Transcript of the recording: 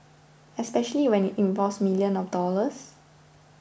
especially when it involves millions of dollars